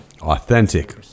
Authentic